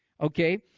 Okay